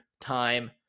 Time